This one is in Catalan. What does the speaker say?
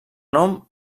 nom